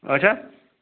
اَچھا